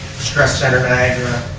stress center niagra.